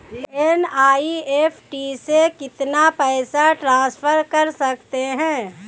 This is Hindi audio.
एन.ई.एफ.टी से कितना पैसा ट्रांसफर कर सकते हैं?